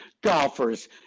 golfers